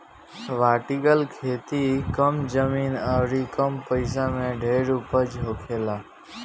vertical खेती कम जमीन अउरी कम पइसा में ढेर उपज होखेला